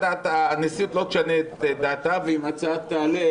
שהנשיאות לא תשנה את דעתה, ואם ההצעה תעלה